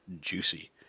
juicy